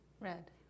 Red